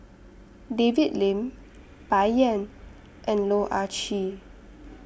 David Lim Bai Yan and Loh Ah Chee